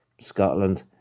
Scotland